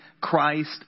Christ